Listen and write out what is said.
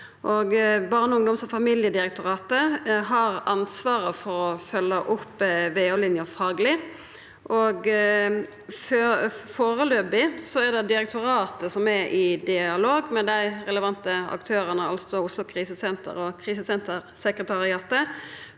Barne-, ungdoms- og familiedirektoratet har ansvaret for å følgja opp VO-linja fagleg. Foreløpig er det direktoratet som er i dialog med dei relevante aktørane – altså Oslo krisesenter og Krisesentersekretariatet